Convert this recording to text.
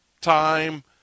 time